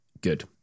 good